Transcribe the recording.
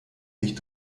sich